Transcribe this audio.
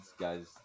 guys